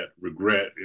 regret